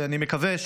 אני מקווה,